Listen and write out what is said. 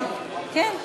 אין בעיה,